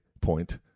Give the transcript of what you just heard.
point